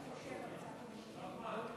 נחמן.